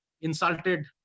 insulted